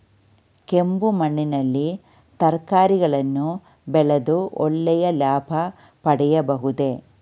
ಕೆಂಪು ಮಣ್ಣಿನಲ್ಲಿ ತರಕಾರಿಗಳನ್ನು ಬೆಳೆದು ಒಳ್ಳೆಯ ಲಾಭ ಪಡೆಯಬಹುದೇ?